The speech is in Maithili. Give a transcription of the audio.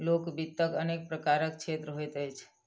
लोक वित्तक अनेक प्रकारक क्षेत्र होइत अछि